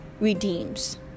redeems